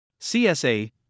CSA